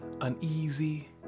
uneasy